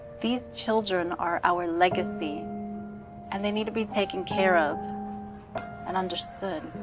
these children are our legacy and they need to be taken care of and understood.